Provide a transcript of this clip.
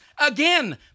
again